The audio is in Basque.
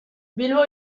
bilbo